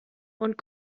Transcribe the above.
und